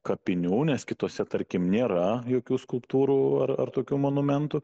kapinių nes kitose tarkim nėra jokių skulptūrų ar ar tokių monumentų